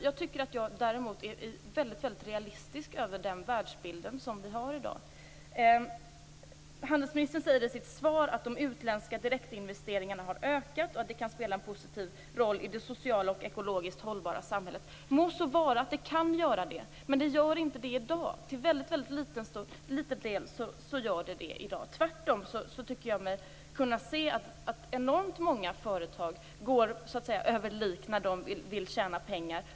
Jag tycker däremot att jag är väldigt realistisk i fråga om den världsbild vi har i dag. Handelsministern säger i sitt svar att de utländska direktinvesteringarna har ökat och att det kan spela en positiv roll i det sociala och ekologiskt hållbara samhället. Må så vara, men det gör inte det i dag. Till en mycket liten del gör det det i dag. Tvärtom tycker jag mig kunna se att enormt många företag går över lik när de vill tjäna pengar.